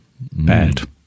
bad